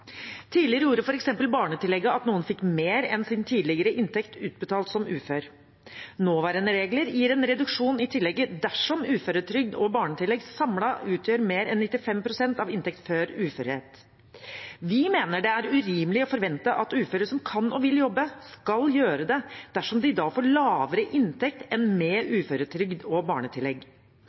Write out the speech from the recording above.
Tidligere gjorde f.eks. barnetillegget at noen fikk mer enn sin tidligere inntekt utbetalt som ufør. Nåværende regler gir en reduksjon i tillegget dersom uføretrygd og barnetillegg samlet utgjør mer enn 95 pst. av inntekt før uførhet. Vi mener det er urimelig å forvente at uføre som kan og vil jobbe, skal gjøre det dersom de da får lavere inntekt enn med uføretrygd og barnetillegg.